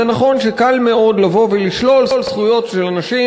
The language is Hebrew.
זה נכון שקל מאוד לבוא ולשלול זכויות של אנשים